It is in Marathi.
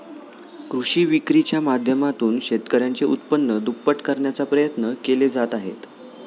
कृषी विक्रीच्या माध्यमातून शेतकऱ्यांचे उत्पन्न दुप्पट करण्याचा प्रयत्न केले जात आहेत